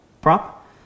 prop